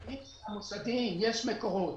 יש מקורות.